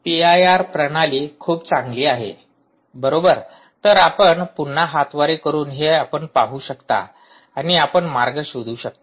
P I R प्रणाली खूप चांगली आहे बरोबर तर आपण पुन्हा हातवारे करून हे आपण पाहू शकता आणि आपण मार्ग शोधू शकता